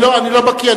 אני לא בקי.